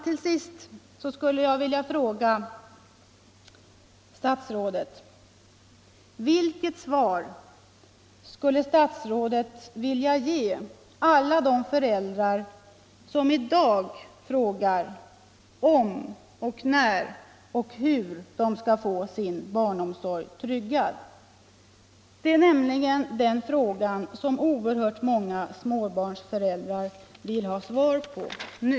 Till sist skulle jag vilja fråga statsrådet: Vilket svar skulle statsrådet vilja ge alla de föräldrar som i dag frågar om och när och hur de skall få sin barnomsorg tryggad? Det är nämligen den frågan som oerhört många småbarnsföräldrar vill ha svar på nu.